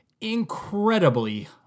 incredibly